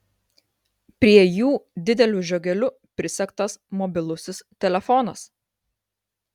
prie jų dideliu žiogeliu prisegtas mobilusis telefonas